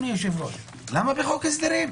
אדוני היושב-ראש למה בחוק הסדרים?